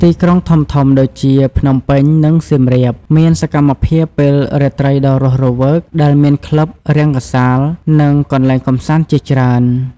ទីក្រុងធំៗដូចជា ភ្នំពេញ និងសៀមរាប មានសកម្មភាពពេលរាត្រីដ៏រស់រវើក ដែលមានក្លឹប រង្គសាល និងកន្លែងកម្សាន្តជាច្រើន ។